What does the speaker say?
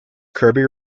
kirby